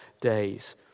days